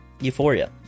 Euphoria